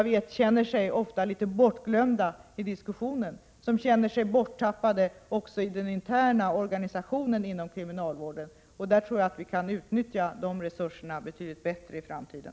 De känner sig ofta litet bortglömda i diskussionen, och också borttappade i den interna organisationen inom kriminalvården. Jag tror att vi kan utnyttja resurserna betydligt bättre i framtiden.